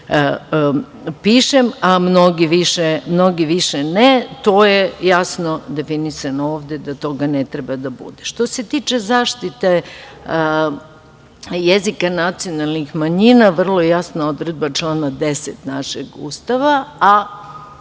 pišem, a mnogi više ne, to je jasno definisano ovde da toga ne treba da bude. Što se tiče zaštite jezika nacionalnih manjina, vrlo je jasna odredba člana 10. našeg Ustava, a